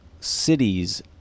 cities